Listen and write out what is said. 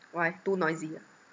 why too noisy ah